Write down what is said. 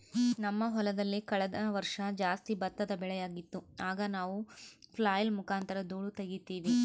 ನಮ್ಮ ಹೊಲದಲ್ಲಿ ಕಳೆದ ವರ್ಷ ಜಾಸ್ತಿ ಭತ್ತದ ಬೆಳೆಯಾಗಿತ್ತು, ಆಗ ನಾವು ಫ್ಲ್ಯಾಯ್ಲ್ ಮುಖಾಂತರ ಧೂಳು ತಗೀತಿವಿ